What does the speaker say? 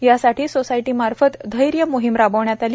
यासाठी सोसायटीमार्फत धैर्य मोहीम राबविण्यात आली